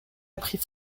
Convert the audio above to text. appris